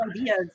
ideas